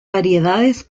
variedades